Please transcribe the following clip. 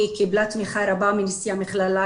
היא קיבלה תמיכה רבה מנשיא המכללה,